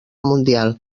mundial